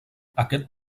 aquest